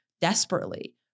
desperately